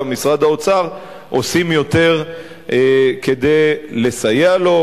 ומשרד האוצר עושים יותר כדי לסייע לו.